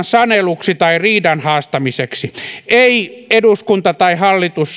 saneluksi tai riidan haastamiseksi ei eduskunta tai hallitus